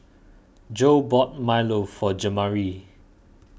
Joe bought Milo for Jamari